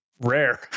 rare